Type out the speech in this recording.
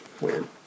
weird